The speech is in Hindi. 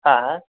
हाँ हाँ